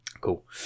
Cool